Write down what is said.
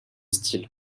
style